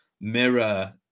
mirror